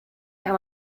kann